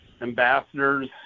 Ambassadors